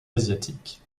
asiatique